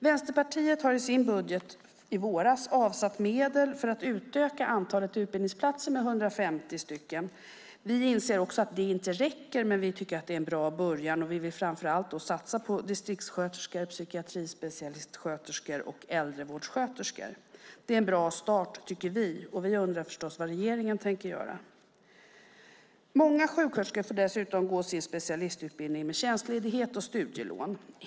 Vänsterpartiet har i sin budget i våras avsatt medel för att utöka antalet utbildningsplatser med 150. Vi inser också att det inte räcker, men det är en bra början, och vi vill framför allt satsa på distriktssköterskor, psykiatrispecialistsköterskor och äldrevårdssköterskor. Det tycker vi är en bra start, och vi undrar förstås vad regeringen tänker göra. Många sjuksköterskor får dessutom ta tjänstledigt och ta studielån för att gå sin specialistutbildning.